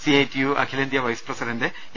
C I T U അഖിലേന്ത്യാ vice president A